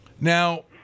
Now